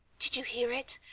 did you hear it?